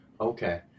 Okay